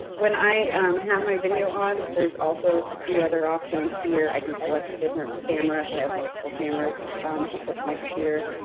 when i have my video on, there's also a few options here i can select a different camera if i have multiple cameras hooked up to my computer,